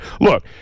look